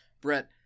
Brett